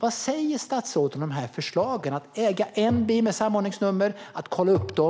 Vad säger statsrådet om dessa förslag om att äga en enda bil med samordningsnummer och att kolla upp dem?